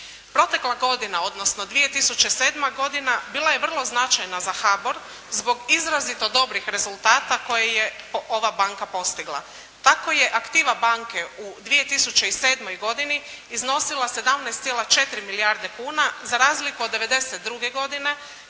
Protekla godina, odnosno 2007. godina bila je vrlo značajna za HBOR zbog izrazito dobrih rezultata koje je ova banka postigla. Tako je aktiva banke u 2007. godini iznosila 17,4 milijarde kuna za razliku od '92. godine